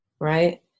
right